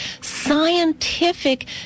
scientific